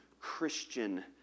Christian